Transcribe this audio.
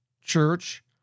church